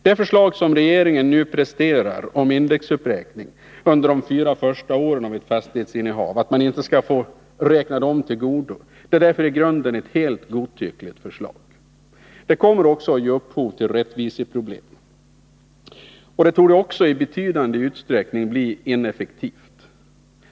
Det förslag som regeringen presterar om att indexuppräkning under de fyra första åren av ett fastighetsinnehav inte skall få äga rum är därför i grunden helt godtyckligt. Det kommer att ge upphov till rättviseproblem. Det torde också i betydande utsträckning bli ineffektivt.